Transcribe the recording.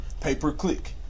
pay-per-click